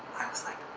i was like, ah.